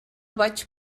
vaig